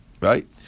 Right